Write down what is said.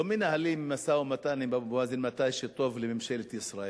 לא מנהלים משא-ומתן עם אבו מאזן מתי שטוב לממשלת ישראל.